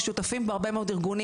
שותפים בו הרבה מאוד ארגונים.